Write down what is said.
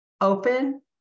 open